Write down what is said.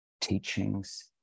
teachings